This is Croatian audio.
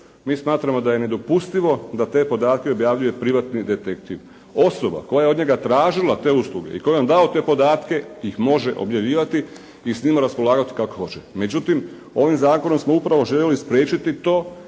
Mi smatramo da je nedopustivo da te podatke objavljuje privatni detektiv. Osoba koja je od njega tražila te usluge i kojoj je on dao te podatke ih može objavljivati i s njima raspolagati kako hoće. Međutim, ovim zakonom smo upravo željeli spriječiti to